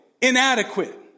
inadequate